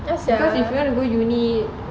ya sia